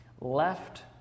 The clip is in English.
left